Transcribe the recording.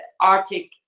Arctic